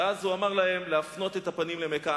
ואז הוא אמר להם להפנות את הפנים למכה.